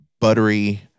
buttery